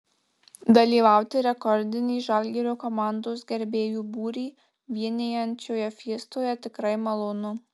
dalyvauti rekordinį žalgirio komandos gerbėjų būrį vienijančioje fiestoje tikrai malonu